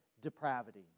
depravity